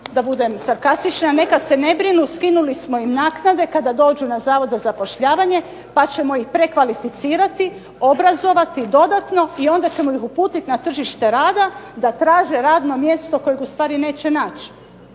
da budem sarkastična neka se ne brinu, skinuli smo im naknade, kada dođu na Zavod za zapošljavanje, pa ćemo ih prekvalificirati, obrazovati dodatno i onda ćemo ih uputiti na tržište rada da traže radno mjesto kojeg u stvari neće naći.